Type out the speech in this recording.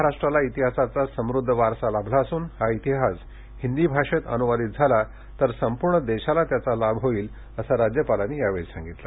महाराष्ट्राला इतिहासाचा समृद्ध वारसा लाभला असून हा इतिहास हिन्दी भाषेत अनुवादित झाला तर संपूर्ण देशाला त्याचा लाभ होईल असं राज्यपालांनी यावेळी सांगितलं